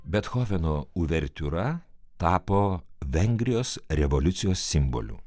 bethoveno uvertiūra tapo vengrijos revoliucijos simboliu